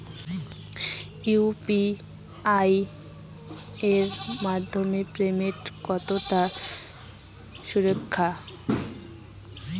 UPI এর মাধ্যমে payment কতটা সুরক্ষিত?